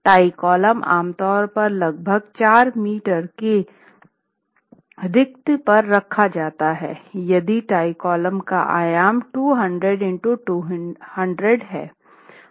tie column आमतौर पर लगभग 4 मीटर के रिक्ति पर रखा जाता है यदि टाई कॉलम का आयाम 200 x 200 है